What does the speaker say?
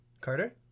Carter